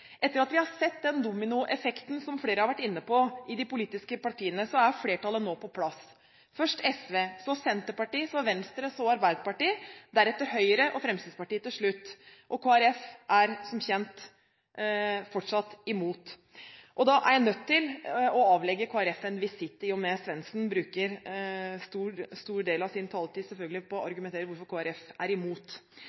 Etter at vi har sett dominoeffekten i de politiske partiene, som flere har vært inne på, er flertallet nå på plass – først SV, så Senterpartiet, så Venstre og så Arbeiderpartiet. Deretter kom Høyre og Fremskrittspartiet til slutt. Kristelig Folkeparti er som kjent fortsatt imot. Jeg er nødt å avlegge Kristelig Folkeparti en visitt, siden Svendsen, selvfølgelig, bruker en stor del av sin taletid på å